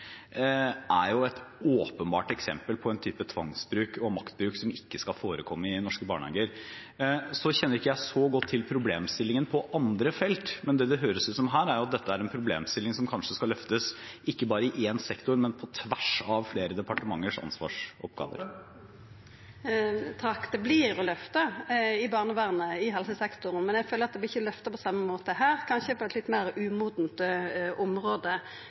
er jo åpenbare eksempler på en type tvangs- og maktbruk som ikke skal forekomme i norske barnehager. Jeg kjenner ikke så godt til problemstillingen på andre felt, men det det høres ut som her, er at dette er en problemstilling som kanskje skal løftes – ikke bare i én sektor, men på tvers av flere departementers ansvarsområder. Det vert løfta i barnevernet og i helsesektoren, men eg føler at det ikkje vert løfta på same måte her, som kanskje er eit litt meir umodent område.